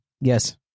Yes